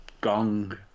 gong